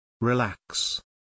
Relax